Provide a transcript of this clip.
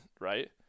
right